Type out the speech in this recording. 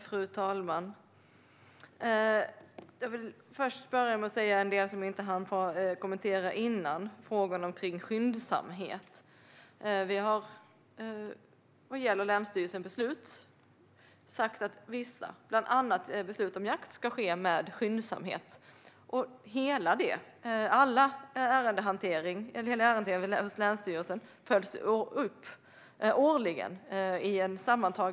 Fru talman! Jag vill börja med något som jag inte hann kommentera tidigare, nämligen frågan om skyndsamhet. Vad gäller länsstyrelsernas beslut har vi sagt att vissa, bland annat beslut om jakt, ska ske med skyndsamhet. All ärendehantering hos länsstyrelserna följs upp årligen och sammantaget.